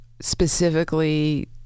Specifically